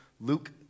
Luke